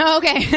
okay